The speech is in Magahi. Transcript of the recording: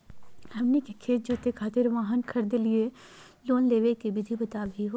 हमनी के खेत जोते खातीर वाहन खरीदे लिये लोन लेवे के विधि बताही हो?